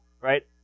right